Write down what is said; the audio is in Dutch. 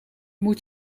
moet